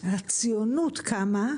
הציונות קמה,